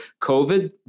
COVID